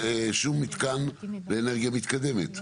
שום מתקן באנרגיה מתקדמת,